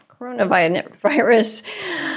coronavirus